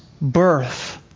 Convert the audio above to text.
birth